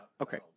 Okay